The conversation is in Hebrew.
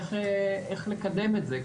איך לקדם את זה.